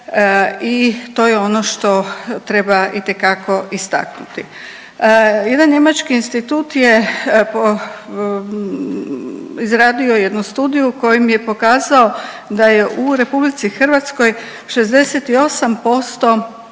i to je ono što treba itekako istaknuti. Jedan njemački institut je izradio jednu studiju kojom je pokazao da je u Republici Hrvatskoj 68%